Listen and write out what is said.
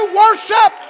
worship